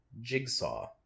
Jigsaw